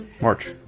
March